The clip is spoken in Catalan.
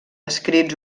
escrits